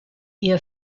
ihr